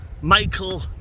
michael